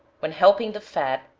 when helping the fat,